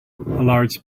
large